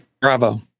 bravo